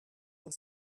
your